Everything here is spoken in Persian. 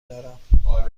دارم